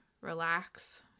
relax